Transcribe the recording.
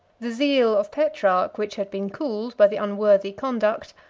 the zeal of petrarch, which had been cooled by the unworthy conduct,